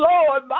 Lord